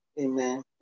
Amen